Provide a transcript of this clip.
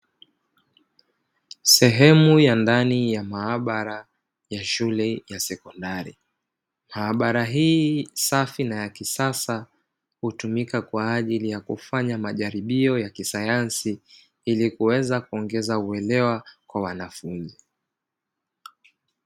Sehemu ya ndani ya maabara ya shule ya sekondari. Maabara hii safi na ya kisasa, hutumika kwa ajili ya kufanya majaribio ya kisayansi ili kuweza kuongeza uelewa kwa wanafunzi.